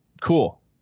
cool